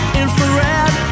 infrared